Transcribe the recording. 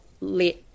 let